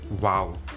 Wow